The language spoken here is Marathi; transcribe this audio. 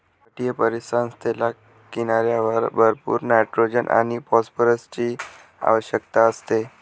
तटीय परिसंस्थेला किनाऱ्यावर भरपूर नायट्रोजन आणि फॉस्फरसची आवश्यकता असते